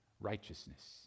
righteousness